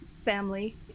family